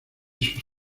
sus